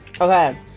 Okay